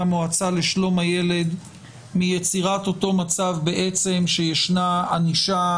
המועצה לשלום הילד מיצירת אותו מצב שישנה ענישה